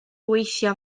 weithio